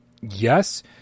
Yes